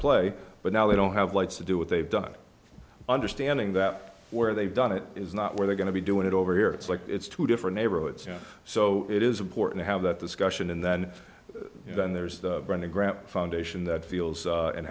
play but now they don't have lights to do what they've done understanding that where they've done it is not where they're going to be doing it over here it's like it's two different neighborhoods so it is important to have that discussion and then then there's the running grant foundation that feels